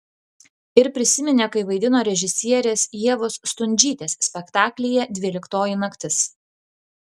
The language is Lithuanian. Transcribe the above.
ir prisiminė kai vaidino režisierės ievos stundžytės spektaklyje dvyliktoji naktis